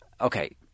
okay